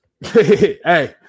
hey